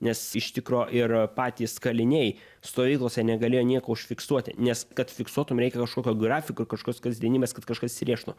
nes iš tikro ir patys kaliniai stovyklose negalėjo nieko užfiksuoti nes kad fiksuotum reikia kažkokio grafiko ir kažkoks kasdienybės kad kažkas įsirėžtų